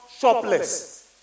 shopless